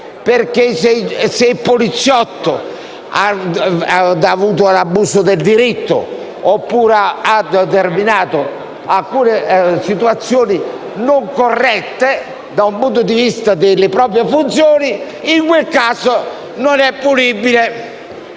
per cui, se il poliziotto ha commesso abuso dei poteri oppure ha determinato alcune situazioni non corrette da un punto di vista delle proprie funzioni, in quel caso non è punibile.